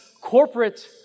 corporate